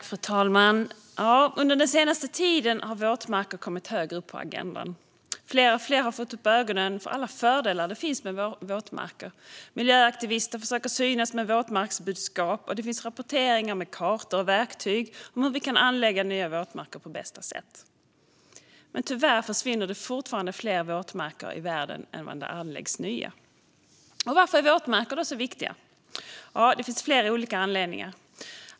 Fru talman! Under den senaste tiden har våtmarker kommit högre upp på agendan. Fler och fler har fått upp ögonen för alla fördelar det finns med våtmarker, miljöaktivister försöker synas med våtmarksbudskap och det finns rapportering med kartor och verktyg om hur vi kan anlägga nya våtmarker på bästa sätt. Men tyvärr försvinner det fortfarande fler våtmarker i världen än vad det anläggs nya. Varför är då våtmarker så viktiga? Det finns flera olika anledningar.